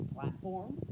platform